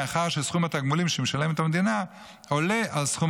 מאחר שסכום התגמולים שמשלמת המדינה עולה על סכום